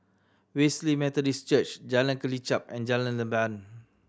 Wesley Methodist Church Jalan Kelichap and Jalan Leban